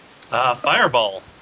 Fireball